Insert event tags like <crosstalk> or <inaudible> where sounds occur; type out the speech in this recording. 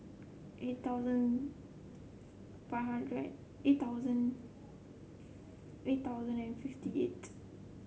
eight thousand <unintelligible> five hundred eight thousand <unintelligible> eight thousand and fifty eight